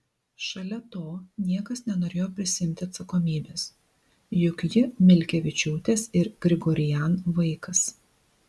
šalia to niekas nenorėjo prisiimti atsakomybės juk ji milkevičiūtės ir grigorian vaikas